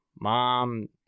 mom